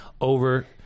over